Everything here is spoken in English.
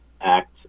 Act